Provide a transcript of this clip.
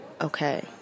okay